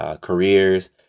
careers